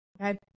Okay